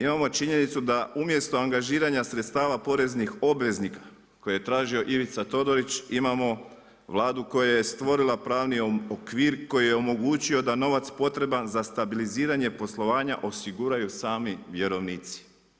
Imamo činjenicu da umjesto angažiranja sredstava poreznih obveznika koje je tražio Ivica Todorić imamo Vladu koja je stvorila pravni okvir koja je omogućio da novac potreban za stabiliziranje poslovanja, odigraju sami vjerovnici.